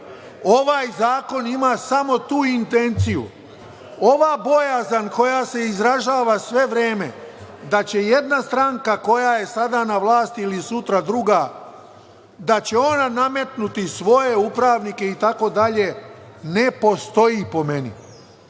zakon ima samo tu intenciju. Ova bojazan koja se izražava sve vreme da će jedna stranka koja je sada na vlasti ili sutra druga, da će ona nametnuti svoje upravnike itd. ne postoji po meni.